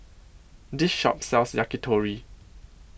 This Shop sells Yakitori